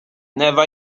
never